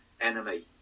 enemy